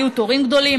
היו תורים גדולים,